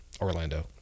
orlando